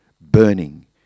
burning